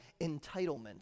Entitlement